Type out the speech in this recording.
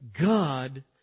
God